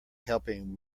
helping